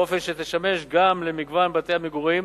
באופן שתשמש גם למגוון בתי המגורים,